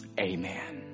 Amen